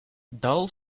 dull